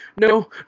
no